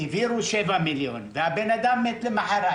והעבירו 7 מיליון שקל והאדם מת למוחרת.